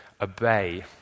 obey